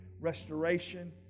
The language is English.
restoration